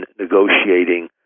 negotiating